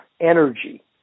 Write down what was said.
Energy